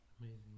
Amazing